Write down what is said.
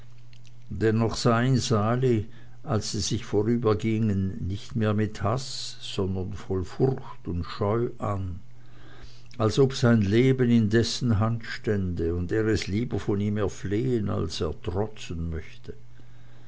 dennoch sah ihn sali als sie sich vorübergingen nicht mehr mit haß sondern voll furcht und scheu an als ob sein leben in dessen hand stände und er es lieber von ihm erflehen als ertrotzen möchte